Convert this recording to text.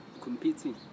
competing